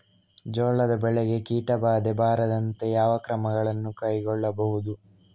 ಜೋಳದ ಬೆಳೆಗೆ ಕೀಟಬಾಧೆ ಬಾರದಂತೆ ಯಾವ ಕ್ರಮಗಳನ್ನು ಕೈಗೊಳ್ಳಬಹುದು?